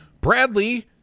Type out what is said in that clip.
Bradley